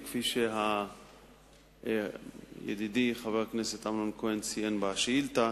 וכפי שידידי חבר הכנסת אמנון כהן ציין בשאילתא,